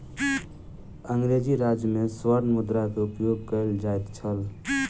अंग्रेजी राज में स्वर्ण मुद्रा के उपयोग कयल जाइत छल